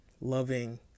loving